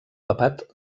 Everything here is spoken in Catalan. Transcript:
papat